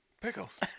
Pickles